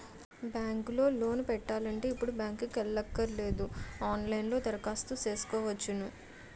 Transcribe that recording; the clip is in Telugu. బ్యాంకు లో లోను పెట్టాలంటే ఇప్పుడు బ్యాంకుకి ఎల్లక్కరనేదు ఆన్ లైన్ లో దరఖాస్తు సేసుకోవచ్చును